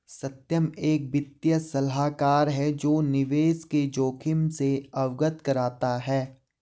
सत्यम एक वित्तीय सलाहकार है जो निवेश के जोखिम से अवगत कराता है